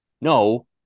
no